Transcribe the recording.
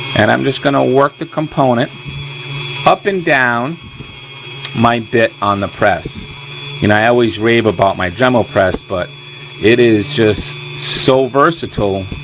and i'm just gonna work the component up and down my bit on the press. and i always rave about my dremel press but it is just so versatile